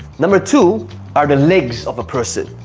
number two are the legs of a person,